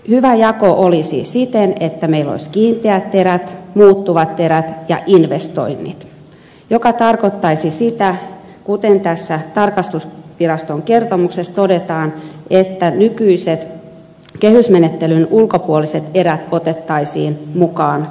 hyvä jako olisi siten että meillä olisi kiinteät erät muuttuvat erät ja investoinnit mikä tarkoittaisi sitä kuten tässä tarkastusviraston kertomuksessa todetaan että nykyiset kehysmenettelyn ulkopuoliset erät otettaisiin mukaan käsittelyyn